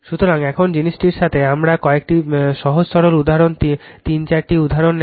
সুতরাং এখন এই জিনিসটির সাথে আমরা কয়েকটি সহজ সরল উদাহরণ তিন চারটি উদাহরণ নেব